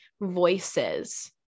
voices